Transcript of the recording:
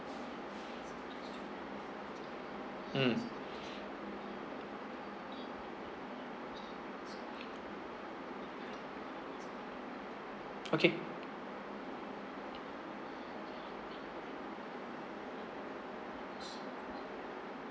mm okay